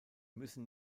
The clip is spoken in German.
müssen